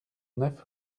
neuf